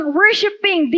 worshipping